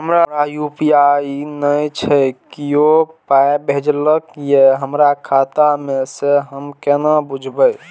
हमरा यू.पी.आई नय छै कियो पाय भेजलक यै हमरा खाता मे से हम केना बुझबै?